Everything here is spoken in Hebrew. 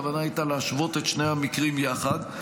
הכוונה הייתה להשוות את שני המקרים יחד,